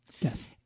Yes